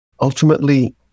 Ultimately